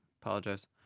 Apologize